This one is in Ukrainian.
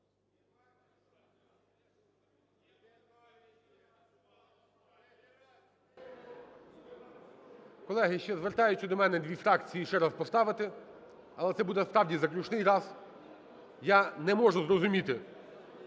Колеги, ще звертаються до мене дві фракції ще раз поставити, але це буде, справді, заключний раз. Я не можу зрозуміти,